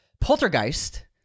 Poltergeist